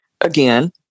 again